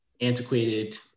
antiquated